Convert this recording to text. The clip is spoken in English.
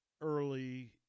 early